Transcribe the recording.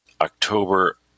October